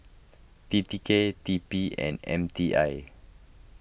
T T K T P and M T I